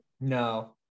no